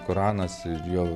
koranas ir jo